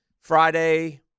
Friday